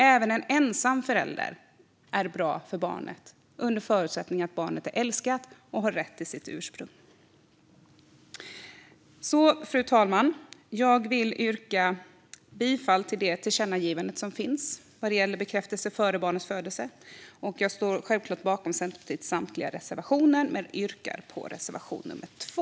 Även en ensam förälder är bra för barnet, under förutsättning att barnet är älskat och har rätt till sitt ursprung. Fru talman! Jag vill yrka bifall till det tillkännagivande som föreslås vad gäller bekräftelse före barnets födelse. Jag står självklart bakom Centerpartiets samtliga reservationer men yrkar bifall endast till reservation nummer 2.